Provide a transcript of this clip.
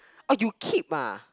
orh you keep ah